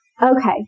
Okay